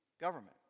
government